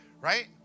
right